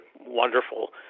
wonderful